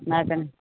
हमरा आरके ने